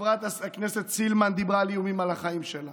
כשחברת הכנסת סילמן דיברה על איומים על החיים שלה